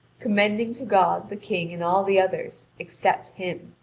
commending to god the king and all the others except him,